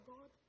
God